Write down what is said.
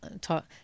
talk